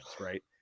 right